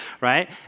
right